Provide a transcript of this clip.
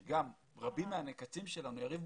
שרבים מהנעקצים שלנו, אותו אחד